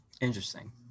interesting